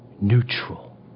neutral